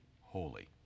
holy